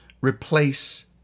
replace